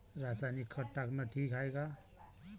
रासायनिक खत टाकनं ठीक हाये का?